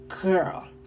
girl